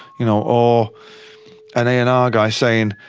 you know, or an a and r guy saying,